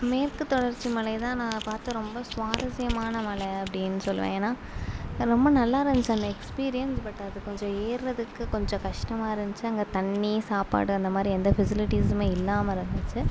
மேற்கு தொடர்ச்சி மலைதான் நான் பார்த்த ரொம்ப சுவாரஸ்யமான மலை அப்படின்னு சொல்லுவேன் ஏன்னா ரொம்ப நல்லா இருந்துச்சி அந்த எக்ஸ்பீரியன்ஸ் பட் அது கொஞ்சம் ஏறுறதுக்கு கொஞ்சம் கஷ்டமாக இருந்துச்சு அங்கே தண்ணி சாப்பாடு அந்தமாதிரி வந்து ஃபெசிலிட்டீஸுமே இல்லாம இருந்துச்சு